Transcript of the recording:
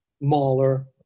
Mahler